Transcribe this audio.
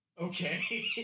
okay